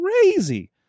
crazy